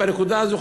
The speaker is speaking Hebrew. בנקודה הזו,